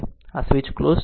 આ switch close છે